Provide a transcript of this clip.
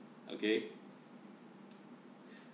okay